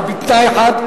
אבל בתנאי אחד,